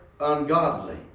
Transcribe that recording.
ungodly